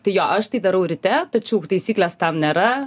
tai jo aš tai darau ryte tačiau taisyklės tam nėra